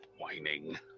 whining